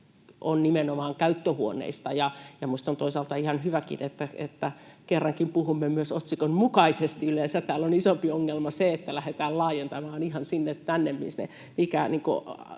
on nimenomaan käyttöhuoneista. Minusta on toisaalta ihan hyväkin, että kerrankin puhumme myös otsikon mukaisesti. Yleensä täällä on isompi ongelma se, että lähdetään laajentamaan ihan sinne tänne,